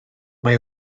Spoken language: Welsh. mae